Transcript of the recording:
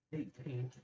Eighteen